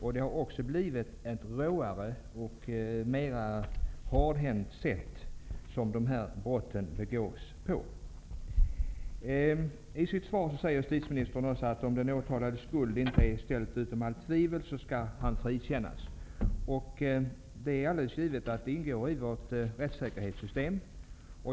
Sättet som den här typen av brott begås på har också blivit råare och betydligt hårdhäntare. Vidare säger justitieministern i sitt svar: ''Om den åtalades skuld inte är ställd utom rimligt tvivel skall han frikännas''. Det är alldeles givet att den principen ingår i vårt rättssystem.